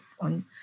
on